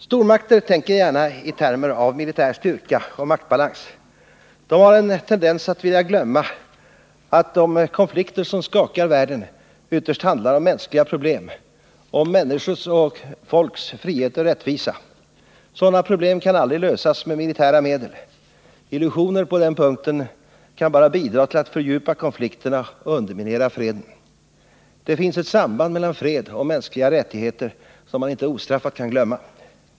Stormakter tänker gärna i termer av militär styrka och maktbalans. De har en tendens att vilja glömma att de konflikter som skakar världen ytterst handlar om mänskliga problem, om människors och folks krav på frihet och rättvisa. Sådana problem kan aldrig lösas med militära medel. Illusioner på den punkten kan bara bidra till att fördjupa konflikterna och underminera freden. Det finns ett samband mellan fred och mänskliga rättigheter som man inte ostraffat kan glömma.